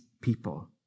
people